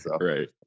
Right